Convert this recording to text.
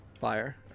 fire